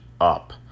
up